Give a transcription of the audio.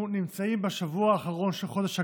בשבוע האחרון של חודש הגאווה,